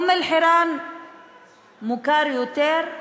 אום-אלחיראן מוכר יותר,